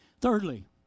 Thirdly